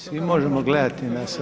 Svi možemo gledati na